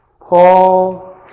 Paul